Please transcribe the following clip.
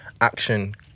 Action